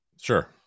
Sure